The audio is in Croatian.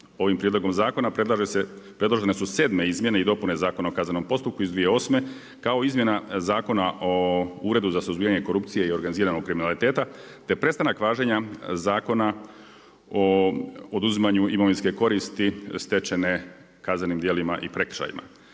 Ovim prijedlogom zakona predložene su 7. Izmjene i dopune Zakona o kaznenom postupku iz 2008. kao i Izmjena zakona o Uredu za suzbijanje korupcije i organiziranog kriminaliteta te prestanak važenja Zakona o oduzimanju imovinske koristi stečene kaznenim djelima i prekršajima.